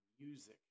music